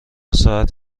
ساعت